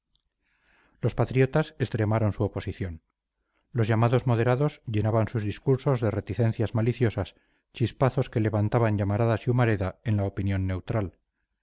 los patriotas extremaron su oposición los llamados moderados llenaban sus discursos de reticencias maliciosas chispazos que levantaban llamaradas y humareda en la opinión neutral